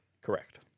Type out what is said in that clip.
Correct